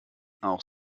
auch